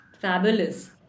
Fabulous